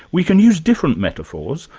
we can use different metaphors,